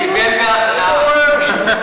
קיבל בהכנעה.